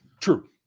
True